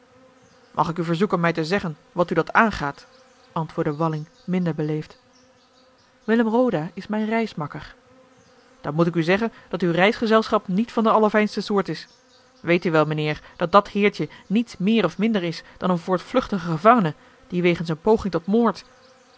mag ik u verzoeken mij te zeggen wat u dat aangaat antwoordde walling minder beleefd willem roda is mijn reismakker dan moet ik u zeggen dat uw reisgezelschap niet van de aller fijnste soort is weet u wel mijnheer dat dat heertje niets meer of minder is dan een voortvluchtige gevangene die wegens eene poging tot moord